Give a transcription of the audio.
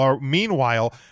Meanwhile